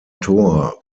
tor